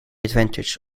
advantage